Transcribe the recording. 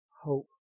hope